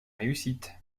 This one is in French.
réussite